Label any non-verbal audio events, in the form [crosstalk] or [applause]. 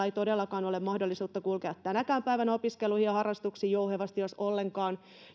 [unintelligible] ei todellakaan ole mahdollisuutta kulkea tänäkään päivänä opiskeluihin ja harrastuksiin jouhevasti jos ollenkaan